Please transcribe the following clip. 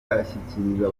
ashyikiriza